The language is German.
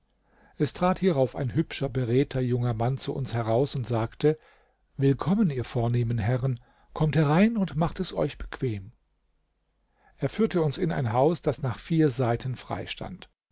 es trat hierauf ein hübscher beredter junger mann zu uns heraus und sagte willkommen ihr vornehmen herren kommt herein und macht es euch bequem er führte uns in ein haus das nach vier seiten frei stand